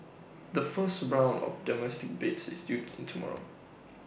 the first round of domestic bids is due in tomorrow